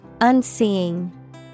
Unseeing